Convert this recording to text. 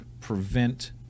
prevent